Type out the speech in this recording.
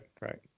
right